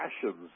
passions